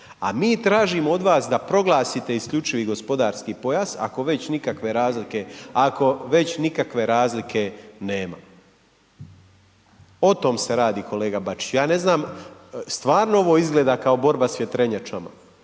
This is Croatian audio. A mi tražimo od vas da proglasite isključivi gospodarski pojas ako već nikakve razlike, ako već nikakve razlike nema. O tome se radi kolega Bačiću. Ja ne znam, stvarno ovo izgleda kao borba sa vjetrenjačama,